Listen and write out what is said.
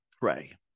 pray